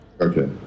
Okay